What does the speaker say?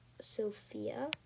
Sophia